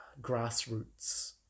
grassroots